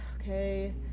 Okay